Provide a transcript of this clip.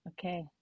Okay